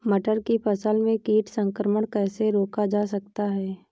मटर की फसल में कीट संक्रमण कैसे रोका जा सकता है?